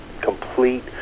complete